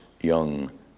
young